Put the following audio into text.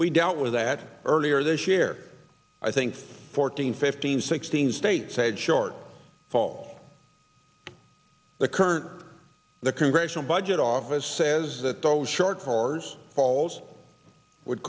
we dealt with that earlier this year i think fourteen fifteen sixteen states a short fall the current the congressional budget office says that those short tours halls would